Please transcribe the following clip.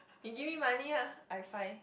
can give me money lah I sign